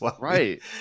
Right